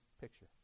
picture